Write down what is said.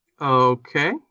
Okay